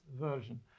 version